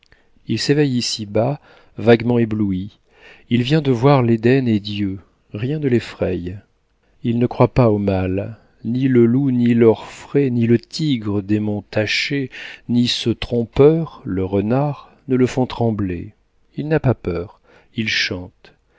il s'éveille ici-bas vaguement ébloui il vient de voir l'eden et dieu rien ne l'effraie il ne croit pas au mal ni le loup ni l'orfraie ni le tigre démon taché ni ce trompeur le renard ne le font trembler il n'a pas peur il chante